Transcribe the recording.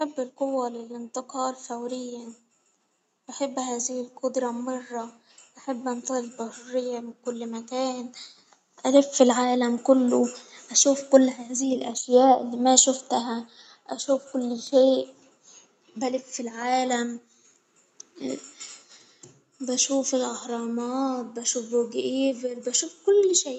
أحب القوة للإنتقال فوريا، أحب هذه القدرة مرة أحب ألف كل مكان، الف العالم كله ،أشوف كل هذه الأشياء اللي ما شفتها، أشوف كل شيء ،بلف العالم، بشوف الأهرامات، بشوف برج إيفيل بشوف كل شئ.